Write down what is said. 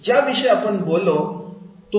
ज्या विषय आपण बोललो